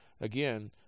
Again